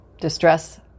distress